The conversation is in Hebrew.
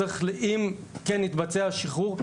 אם כן יתבצע השחרור,